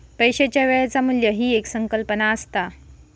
पैशाच्या वेळेचा मू्ल्य ही एक संकल्पना असता